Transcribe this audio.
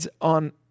on